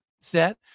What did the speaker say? set